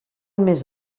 més